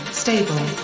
stable